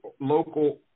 local